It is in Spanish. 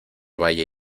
valle